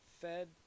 Fed